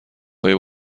خواهی